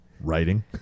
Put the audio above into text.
Writing